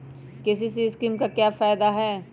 KCC scheme का फायदा क्या है?